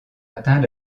atteint